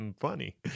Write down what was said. funny